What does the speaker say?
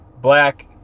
black